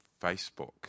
Facebook